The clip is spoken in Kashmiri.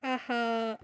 اَہا